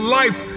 life